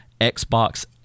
Xbox